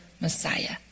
Messiah